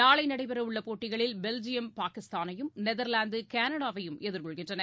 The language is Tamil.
நாளை நடைபெறவுள்ள போட்டிகளில் பெல்ஜியம் பாகிஸ்தானையும் நெதர்லாந்து கனடாவையும் எதிர்கொள்கின்றன